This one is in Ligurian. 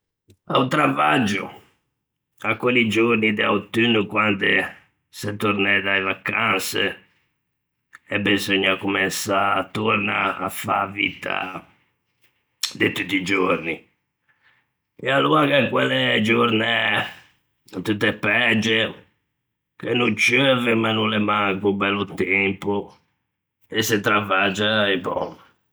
A-o travaggio, à quelli giorni de autunno quande s'é tornæ da-e vacanse e beseugna comensâ torna à fâ a vitta de tutti i giorni, e aloa gh'é quelle giornæ tutte pægie che no ceuve ma no l'é manco bello tempo, e se travaggia e bòm.